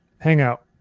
hangout